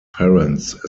parents